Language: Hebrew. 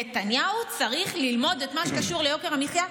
נתניהו צריך ללמוד את מה שקשור ליוקר המחיה?